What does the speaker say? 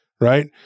right